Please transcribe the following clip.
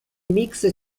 mix